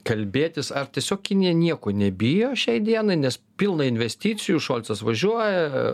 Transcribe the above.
kalbėtis ar tiesiog kinija nieko nebijo šiai dienai nes pilna investicijų šolcas važiuoja